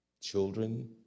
children